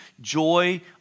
joy